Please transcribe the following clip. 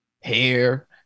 hair